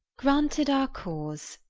granted our cause,